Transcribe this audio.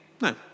no